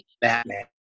Batman